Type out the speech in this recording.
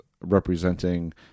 representing